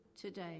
today